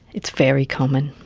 it's very common.